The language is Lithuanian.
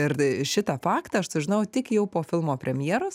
ir šitą faktą aš sužinojau tik jau po filmo premjeros